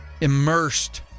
immersed